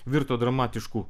virto dramatišku